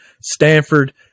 Stanford